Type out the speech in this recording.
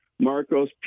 Marcos